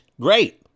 great